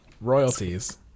Royalties